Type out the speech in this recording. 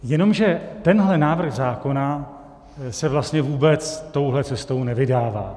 Jenomže tento návrh zákona se vlastně vůbec touto cestou nevydává.